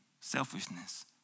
selfishness